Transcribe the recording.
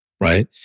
right